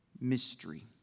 mystery